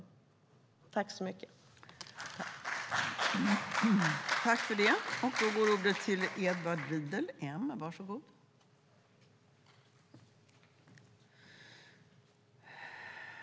I detta anförande instämde Lars Johansson, Lars Mejern Larsson och Leif Pettersson .